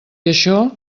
això